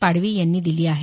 पाडवी यांनी दिली आहे